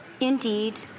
Indeed